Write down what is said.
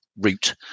route